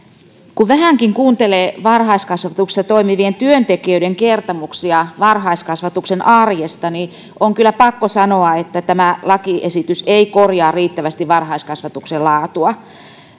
kun vähänkin kuuntelee varhaiskasvatuksessa toimivien työntekijöiden kertomuksia varhaiskasvatuksen arjesta niin on kyllä pakko sanoa että tämä lakiesitys ei korjaa riittävästi varhaiskasvatuksen laatua